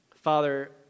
Father